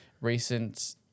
recent